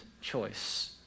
choice